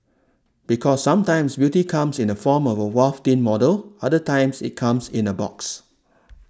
because sometimes beauty comes in the form of a waif thin model other times it comes in a box